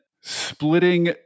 splitting